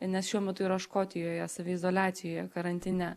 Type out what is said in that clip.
nes šiuo metu yra škotijoje saviizoliacijoje karantine